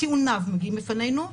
טיעוניו מגיעים בפנינו.